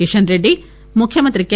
కేషన్ రెడ్డి ముఖ్యమంత్రి కె